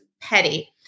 petty